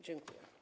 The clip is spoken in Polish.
Dziękuję.